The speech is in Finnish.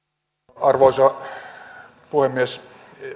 arvoisa puhemies